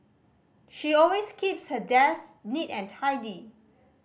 she always keeps her desk neat and tidy